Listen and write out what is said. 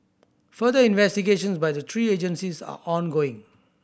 further investigations by the three agencies are ongoing